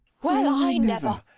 well, i never!